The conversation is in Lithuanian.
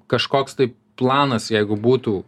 kažkoks tai planas jeigu būtų